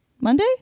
Monday